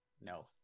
No